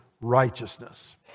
righteousness